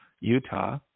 Utah